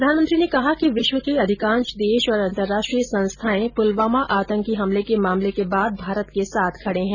प्रधानमंत्री ने कहा कि विश्व के अधिकांश देश और अंतर्राष्ट्रीय संस्थाएं पुलवामा आतंकी हमले के मामले के बाद भारत के साथ खडे हैं